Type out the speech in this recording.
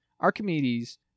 Archimedes